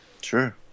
Sure